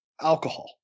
alcohol